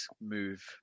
move